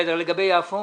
לגבי יפו?